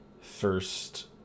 first